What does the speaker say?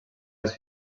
les